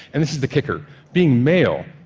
and this is the kicker being male,